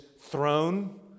throne